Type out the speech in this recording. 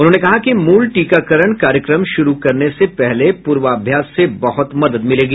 उन्होंने कहा कि मूल टीकाकरण कार्यक्रम शुरू करने से पहले पूर्वाभ्यास से बहुत मदद मिलेगी